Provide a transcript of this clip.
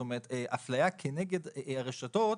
זאת אומרת, אפליה כנגד רשתות